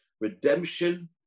redemption